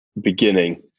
beginning